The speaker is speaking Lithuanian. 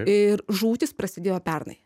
ir žūtys prasidėjo pernai